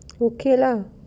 okay lah